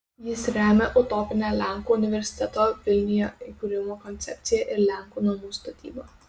jis remia utopinę lenkų universiteto vilniuje įkūrimo koncepciją ir lenkų namų statybą